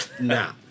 nah